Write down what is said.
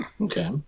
Okay